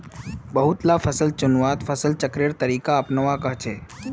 बहुत ला फसल चुन्वात फसल चक्रेर तरीका अपनुआ कोह्चे